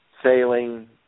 sailing